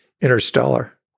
Interstellar